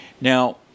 Now